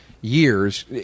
years